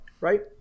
right